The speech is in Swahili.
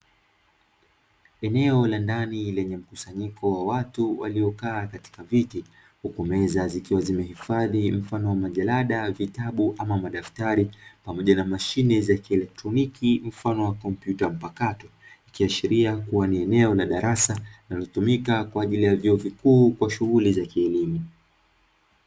Eneo la ndani lenye mkusanyiko wa watu waliokaa katika viti, huku meza zikiwa zimehifadhi mfano wa majarada, vitabu ama madaftari pamoja na mashine za kieletroniki mfano wa kompyuta mpakato. Ikiashiria kuwa ni eneo la darasa linalotumika kwaajili ya vyuo vikuu kwashughuli za kielimu.